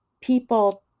people